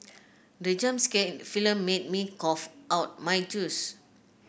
the jump scare in the film made me cough out my juice